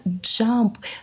jump